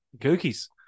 Cookies